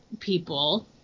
people